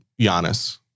Giannis